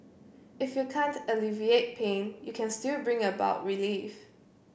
if you can't alleviate pain you can still bring about relief